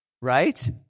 right